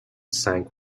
sank